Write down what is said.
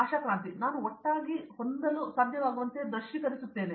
ಆಶಾ ಕ್ರಂತಿ ನಾನು ಒಟ್ಟಾಗಿ ಹೊಂದಲು ಸಾಧ್ಯವಾಗುವಂತೆ ನಾನು ದೃಶ್ಯೀಕರಿಸುತ್ತಿದ್ದೇನೆ